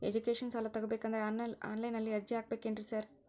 Education ಸಾಲ ತಗಬೇಕಂದ್ರೆ online ನಲ್ಲಿ ಅರ್ಜಿ ಹಾಕ್ಬೇಕೇನ್ರಿ ಸಾರ್?